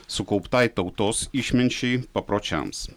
sukauptai tautos išminčiai papročiams